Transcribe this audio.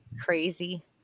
Crazy